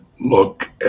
look